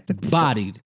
Bodied